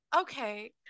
Okay